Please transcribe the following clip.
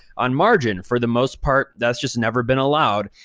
on margin. for the most part, that's just never been allowed.